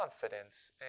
confidence